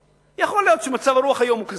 יכול להיות שמצב הרוח היום הוא כזה.